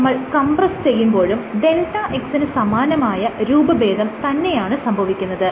സ്പ്രിങിനെ നമ്മൾ കംപ്രസ് ചെയ്യുമ്പോഴും Δx ന് സമാനമായ രൂപഭേദം തന്നെയാണ് സംഭവിക്കുന്നത്